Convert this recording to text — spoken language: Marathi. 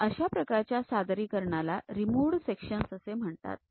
तर अशा प्रकारच्या सादरीकरणाला रिमूव्हड सेक्शन्स असे म्हणतात